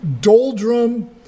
doldrum